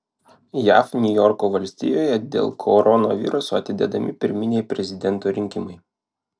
jav niujorko valstijoje dėl koronaviruso atidedami pirminiai prezidento rinkimai